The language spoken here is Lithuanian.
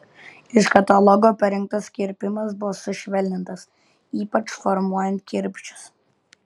iš katalogo parinktas kirpimas buvo sušvelnintas ypač formuojant kirpčius